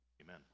Amen